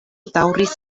daŭris